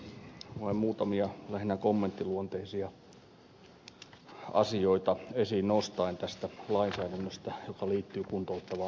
vain muutamia lähinnä kommenttiluonteisia asioita esiin nostaen tästä lainsäädännöstä joka liittyy kuntouttavaan työtoimintaan